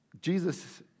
Jesus